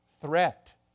threat